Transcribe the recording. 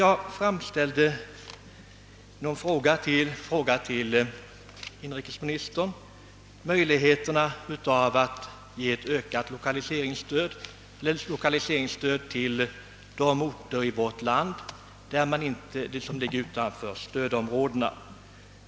Jag bad i en fråga till inrikesministern att få veta möjligheterna till ett ökat lokaliseringsstöd till de orter i vårt land, som ligger utanför stödområdena.